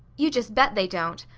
you just bet they don't!